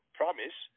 promise